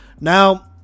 Now